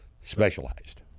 specialized